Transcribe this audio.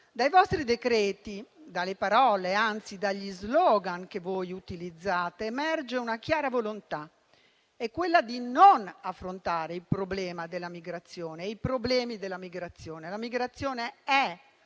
Dai vostri decreti-legge, dalle parole, anzi dagli *slogan* che voi utilizzate, emerge la chiara volontà di non affrontare il problema della migrazione e i problemi ad essa legati. La migrazione è